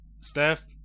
Steph